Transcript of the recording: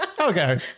Okay